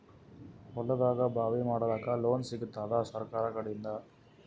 ಹೊಲದಾಗಬಾವಿ ಮಾಡಲಾಕ ಲೋನ್ ಸಿಗತ್ತಾದ ಸರ್ಕಾರಕಡಿಂದ?